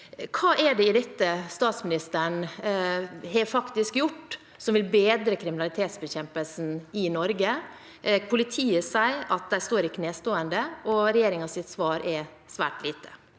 Hva er det statsministeren faktisk har gjort som vil bedre kriminalitetsbekjempelsen i Norge? Politiet sier at de står i knestående, og regjeringens svar er svært lite.